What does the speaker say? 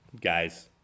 guys